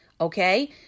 okay